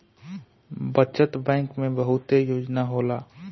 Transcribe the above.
बचत बैंक में बहुते योजना होला